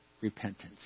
repentance